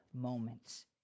moments